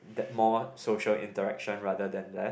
that more social interaction rather than less